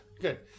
Good